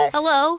Hello